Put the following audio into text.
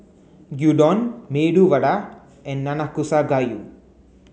Gyudon Medu Vada and Nanakusa gayu